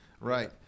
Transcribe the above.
right